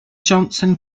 johnson